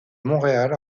montréal